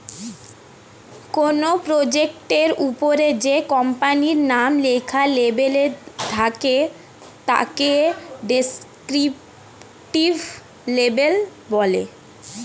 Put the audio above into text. কোনো প্রোডাক্টের ওপরে যে কোম্পানির নাম লেখা লেবেল থাকে তাকে ডেসক্রিপটিভ লেবেল বলে